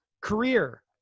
Career